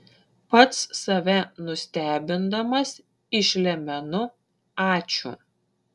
pats save nustebindamas išlemenu ačiū